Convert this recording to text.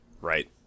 Right